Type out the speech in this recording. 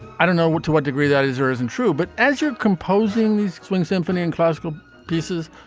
i don't know what to what degree that is or isn't true. but as you're composing these swing symphony and classical pieces,